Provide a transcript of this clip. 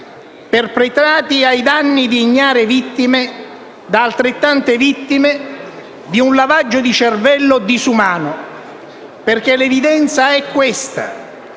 perpetrati ai danni di ignare vittime da altrettante vittime di un lavaggio di cervello disumano. L'evidenza è infatti